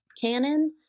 canon